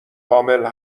کامل